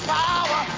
power